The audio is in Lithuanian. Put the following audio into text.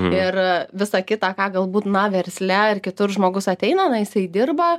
ir visą kitą ką galbūt na versle ar kitur žmogus ateina na jisai dirba